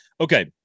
Okay